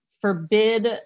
forbid